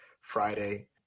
Friday